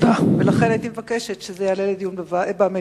לכן הייתי מבקשת שזה יעלה לדיון במליאה.